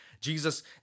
Jesus